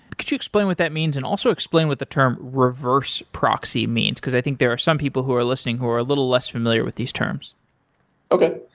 could you explain what that means and also explain what the term reverse proxy means? because i think there are some people who are listening who are a little less familiar with these terms okay.